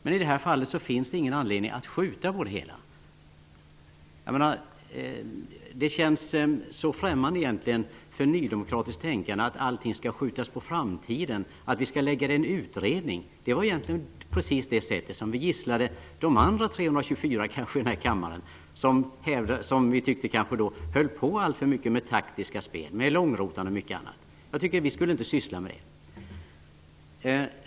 Men i det här fallet finns det ingen anledning att skjuta på beslutet. Det känns så främmande för nydemokratiskt tänkande att allting skall skjutas på framtiden, att vi skall föra över frågan till en utredning. Det var egentligen precis det sättet som vi gisslade de andra 324 ledamöterna i den här kammaren för. Vi tyckte de höll på alltför mycket med taktiska spel, med långrotande och mycket annat. Vi skulle inte syssla med det.